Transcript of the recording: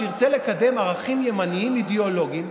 שירצה לקדם ערכים ימניים אידיאולוגיים,